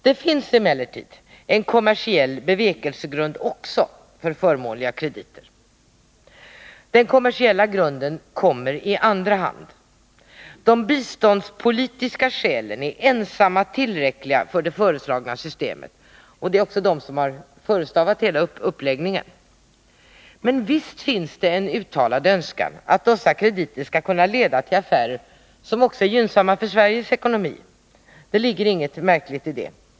Det finns emellertid även en kommersiell bevekelsegrund för förmånliga krediter. Den kommersiella grunden kommer i andra hand. De biståndspo litiska skälen är ensamma tillräckliga för det föreslagna systemet, och det är också de som förestavat hela uppläggningen. Men visst finns det en uttalad önskan att dessa krediter skall kunna leda till affärer som också är gynnsamma för Sveriges ekonomi. Det ligger inget märkligt i det.